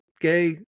gay